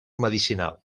medicinal